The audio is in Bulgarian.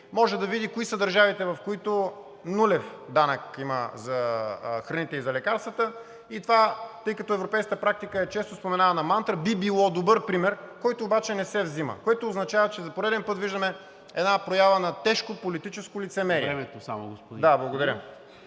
може да види кои са държавите, в които има нулев данък за храните и за лекарствата и тъй като европейската практика е често споменавана мантра, би било добър пример, който обаче не се взима, което означава, че за пореден път виждаме една проява на тежко политическо лицемерие...